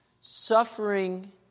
Suffering